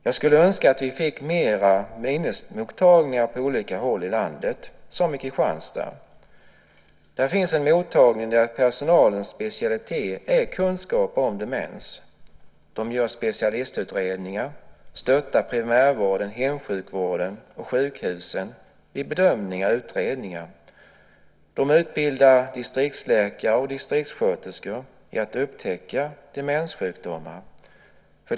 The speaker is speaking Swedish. Jag skulle önska att vi fick fler minnesmottagningar på olika håll i landet, som i Kristianstad. Där finns en mottagning där personalens specialitet är kunskap om demens. Man gör specialistutredningar och stöttar primärvården, hemsjukvården och sjukhusen i bedömningar och utredningar. De utbildar distriktsläkare och distriktssköterskor i att upptäcka demenssjukdomar.